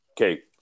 Okay